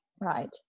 Right